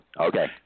Okay